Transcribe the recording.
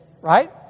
right